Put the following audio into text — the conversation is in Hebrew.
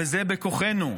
וזה בכוחנו.